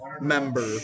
member